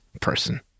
person